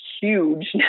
huge